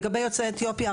לגבי יוצאי אתיופיה,